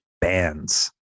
bands